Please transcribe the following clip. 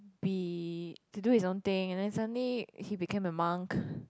be to do his own thing and then suddenly he became a monk